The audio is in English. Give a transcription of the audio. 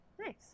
Nice